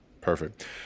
perfect